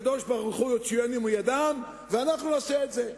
הקדוש-ברוך-הוא יוציאנו מידם, ואנחנו נעשה את זה.